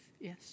Yes